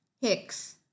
Hicks